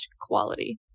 quality